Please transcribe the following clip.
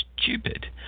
stupid